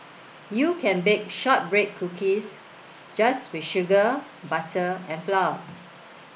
you can bake shortbread cookies just with sugar butter and flour